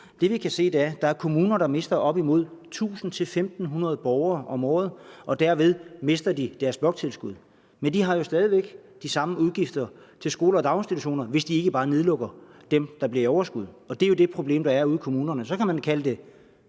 Det, vi kan se, er, at der er kommuner, der mister op imod 1.000-1.500 borgere om året, og derved mister de deres bloktilskud. Men de har jo stadig væk de samme udgifter til skoler og daginstitutioner, hvis de ikke bare lukker dem ned, der bliver i overskud. Det er det problem, der er ude i kommunerne. Så kan man kalde det